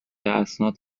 اسناد